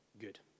Good